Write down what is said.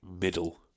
middle